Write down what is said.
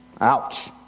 Ouch